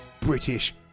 British